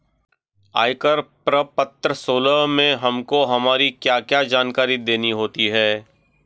आयकर प्रपत्र सोलह में हमको हमारी क्या क्या जानकारी देनी होती है?